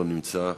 לא נמצא,